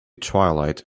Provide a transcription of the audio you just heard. twilight